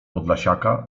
podlasiaka